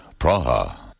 Praha